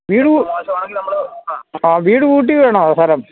വീട് ആ വീട് കൂട്ടി വേണമോ സ്ഥലം